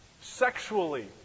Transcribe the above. sexually